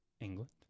England